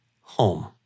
home